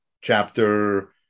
chapter